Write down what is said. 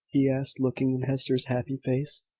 he asked, looking in hester's happy face.